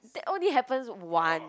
that only happens once